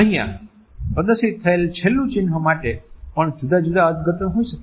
અહીંયા પ્રદર્શિત થયેલ છેલ્લું ચિન્હ માટે પણ જુદા જુદા અર્થઘટન હોઈ શકે છે